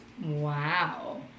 Wow